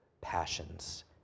passions